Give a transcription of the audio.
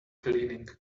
cleaning